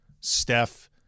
Steph